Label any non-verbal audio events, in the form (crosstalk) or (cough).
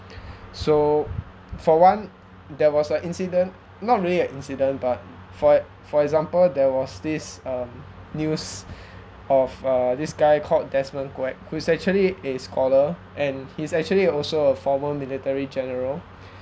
(breath) so for one there was a incident not really a incident but for for example there was this um news of uh this guy called desmond Quek who's actually is scholar and he's actually also a former military general